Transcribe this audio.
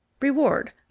reward